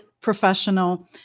professional